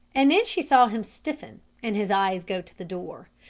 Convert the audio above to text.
and then she saw him stiffen and his eyes go to the door.